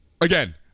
again